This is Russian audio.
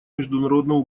международного